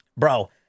Bro